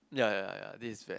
ya ya ya this is Van